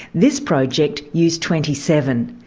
this project used twenty seven,